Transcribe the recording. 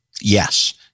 Yes